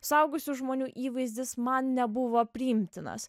suaugusių žmonių įvaizdis man nebuvo priimtinas